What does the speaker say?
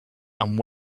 and